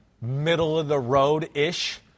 middle-of-the-road-ish